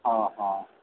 हँ हँ